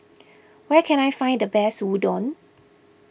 where can I find the best Udon